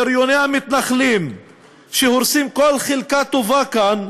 בריוני המתנחלים שהורסים כל חלקה טובה כאן,